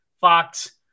Fox